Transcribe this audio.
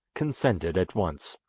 consented at once,